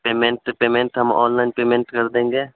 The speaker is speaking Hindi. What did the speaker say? पेमेन्ट पेमेन्ट हम ऑनलाइन पेमेन्ट कर देंगे